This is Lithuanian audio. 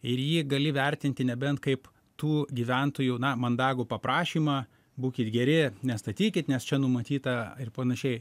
ir jį gali vertinti nebent kaip tų gyventojų na mandagų paprašymą būkit geri nestatykit nes čia numatyta ir panašiai